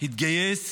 התגייס